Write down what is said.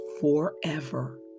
forever